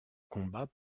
combat